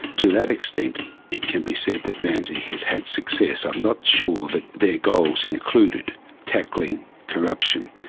to that extent it can be said that ramsi has had success. i'm not sure that their goals included tackling corruption.